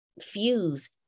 fuse